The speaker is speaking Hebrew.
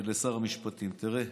לשר המשפטים: תראה,